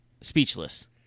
speechless